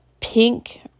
pink